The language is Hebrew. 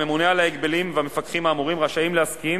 הממונה על ההגבלים והמפקחים רשאים להסכים